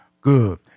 Good